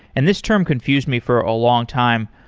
and this term confused me for a long time,